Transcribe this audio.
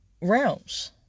realms